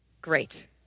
Great